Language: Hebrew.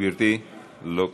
גברתי, לא כאן,